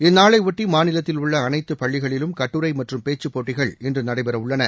இந்நாளை ஒட்டி மாநிலத்தில் உள்ள அனைத்து பள்ளிகளிலும் கட்டுரை மற்றும் பேச்சுப்போட்டிகள் இன்று நடைபெறவுள்ளன